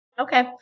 Okay